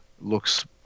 looks